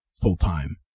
full-time